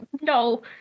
no